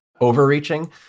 overreaching